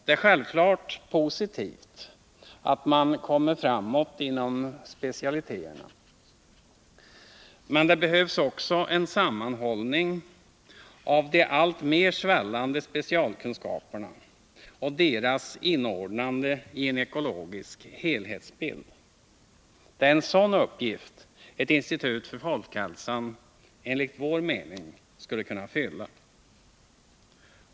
Det är självfallet positivt att man kommer framåt inom specialiteterna, men det behövs också en sammanhållning av de alltmer svällande specialkunskaperna och deras inordnande i en ekologisk helhetsbild. Det är en sådan uppgift ett institut för folkhälsan, enligt vår mening, skulle kunna fylla.